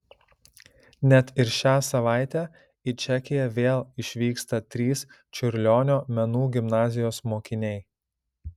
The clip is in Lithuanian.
net ir šią savaitę į čekiją vėl išvyksta trys čiurlionio menų gimnazijos mokiniai